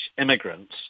immigrants